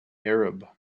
arab